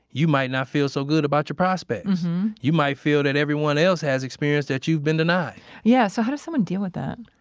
you might not feel so good about your prospects mhm you might feel that everyone else has experienced that you've been denied yeah. so how does someone deal with that?